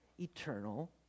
eternal